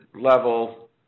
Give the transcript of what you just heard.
level